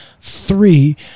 Three